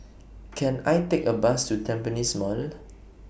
Can I Take A Bus to Tampines Mall